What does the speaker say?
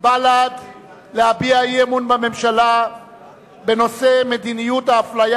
ובל"ד להביע אי-אמון בממשלה בנושא: מדיניות האפליה